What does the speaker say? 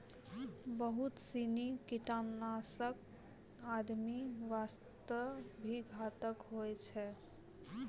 बहुत सीनी कीटनाशक आदमी वास्तॅ भी घातक होय छै